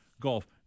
golf